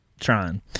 trying